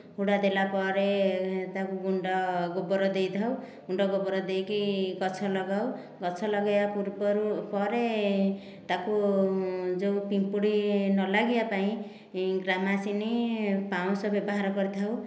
ହୁଡ଼ା ଦେଲା ପରେ ତାକୁ ଗୁଣ୍ଡ ଗୋବର ଦେଇଥାଉ ଗୁଣ୍ଡ ଗୋବର ଦେଇକି ଗଛ ଲଗାଉ ଗଛ ଲଗାଇବା ପୂର୍ବରୁ ପରେ ତାକୁ ଯେଉଁ ପିମ୍ପୁଡି ନ ଲାଗିବା ପାଇଁ ଗ୍ୟାମାକ୍ସିନ ପାଉଁଶ ବ୍ୟବହାର କରିଥାଉ